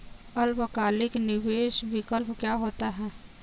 अल्पकालिक निवेश विकल्प क्या होता है?